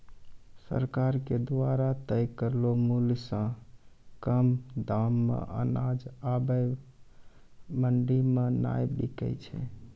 सरकार के द्वारा तय करलो मुल्य सॅ कम दाम मॅ अनाज आबॅ मंडी मॅ नाय बिकै छै